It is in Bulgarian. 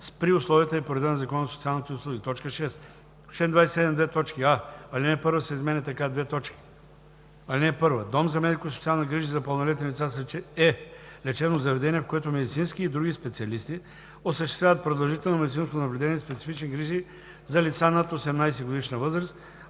„при условията и по реда на Закона за социалните услуги“. 6. В чл. 27: а) алинея 1 се изменя така: „(1) Дом за медико-социални грижи за пълнолетни лица е лечебно заведение, в което медицински и други специалисти осъществяват продължително медицинско наблюдение и специфични грижи за лица над 18-годишна възраст